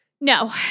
No